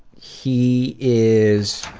he is